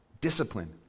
discipline